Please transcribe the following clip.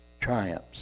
triumphs